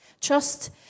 Trust